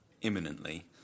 imminently